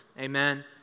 Amen